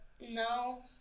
no